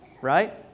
right